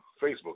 Facebook